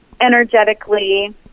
energetically